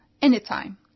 Anytime